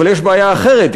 אבל יש בעיה אחרת,